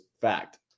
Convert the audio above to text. fact